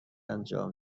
انجام